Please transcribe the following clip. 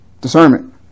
discernment